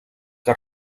que